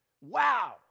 Wow